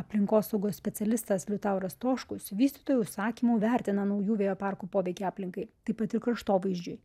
aplinkosaugos specialistas liutauras stoškus vystytojų užsakymu vertina naujų vėjo parkų poveikį aplinkai taip pat ir kraštovaizdžiui